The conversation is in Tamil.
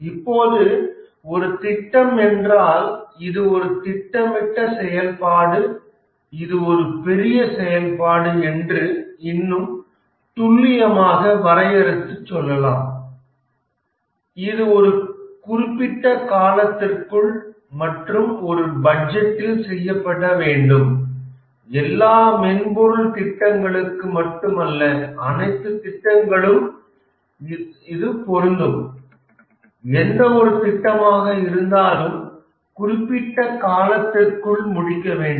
இப்போது ஒரு திட்டம் என்றால் இது ஒரு திட்டமிட்ட செயல்பாடு இது ஒரு பெரிய செயல்பாடு என்று இன்னும் துல்லியமான வரையறுத்து சொல்லலாம் இது ஒரு குறிப்பிட்ட காலத்திற்குள் மற்றும் ஒரு பட்ஜெட்டில் செய்யப்பட வேண்டும் எல்லா மென்பொருள் திட்டங்களுக்கு மட்டுமல்ல அனைத்து திட்டங்களுக்கும் இது பொருந்தும் எந்த ஒரு திட்டமாக இருந்தாலும் குறிப்பிட்ட காலத்திற்குள் முடிக்க வேண்டும்